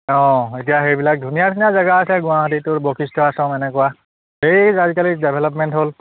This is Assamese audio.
অঁ এতিয়া সেইবিলাক ধুনীয়া ধুনীয়া জেগা আছে গুৱাহাটীত তোৰ বৈশিষ্ঠ আশ্ৰম এনেকুৱা ঢেৰ আজিকালি ডেভেলপমেণ্ট হ'ল